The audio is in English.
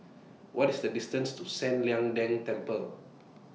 What IS The distance to San Lian Deng Temple